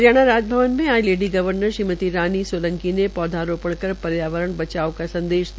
हरियाणा राजभवन में आज lady governor Shrimati Rani Solanki ने पौधारोपण कर पर्यावरण बचाओ का संदेश दिया